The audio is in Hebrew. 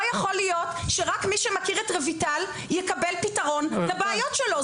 לא יכול להיות שרק מי שמכיר את רויטל יקבל פתרון לבעיות שלו,